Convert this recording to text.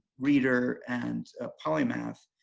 reader and polymath.